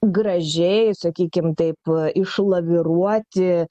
gražiai sakykim taip išlaviruoti